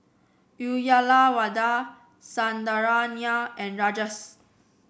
Uyyalawada Sundaraiah and Rajesh